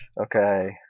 okay